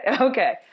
Okay